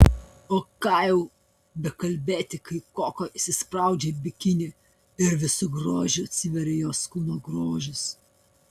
o ką jau bekalbėti kai koko įsispraudžia į bikinį ir visu grožiu atsiveria jos kūno grožis